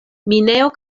minejo